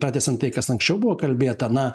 pratęsiant tai kas anksčiau buvo kalbėta na